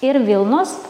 ir vilnos